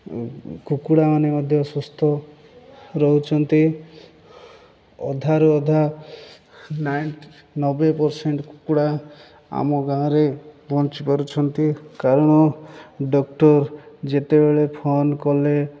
କୁକୁଡ଼ାମାନେ ମଧ୍ୟ ସୁସ୍ଥ ରହୁଛନ୍ତି ଅଧାରୁ ଅଧା ନାଇନ ନବେ ପରସେଣ୍ଟ କୁକୁଡ଼ା ଆମ ଗାଁରେ ବଞ୍ଚି ପାରୁଛନ୍ତି କାରଣ ଡକ୍ଟର ଯେତେବେଳେ ଫୋନ କଲେ